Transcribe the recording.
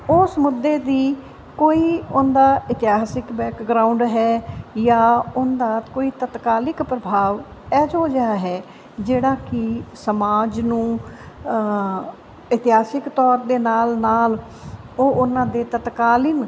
ਉਸ ਮੁੱਦੇ ਦੀ ਕੋਈ ਉਹ ਦਾ ਇਤਿਹਾਸਿਕ ਬੈਕਗਰਾਊਡ ਹੈ ਜਾਂ ਉਹ ਦਾ ਕੋਈ ਤਤਕਾਲਿਕ ਪ੍ਰਭਾਵ ਇਹੋ ਜਿਹਾ ਹੈ ਜਿਹੜਾ ਕਿ ਸਮਾਜ ਨੂੰ ਇਤਿਹਾਸਿਕ ਤੌਰ ਦੇ ਨਾਲ ਨਾਲ ਉਹ ਉਹਨਾਂ ਦੇ ਤਤਕਾਲੀਨ